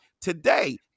Today